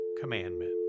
commandment